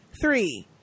Three